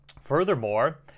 furthermore